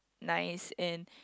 nice and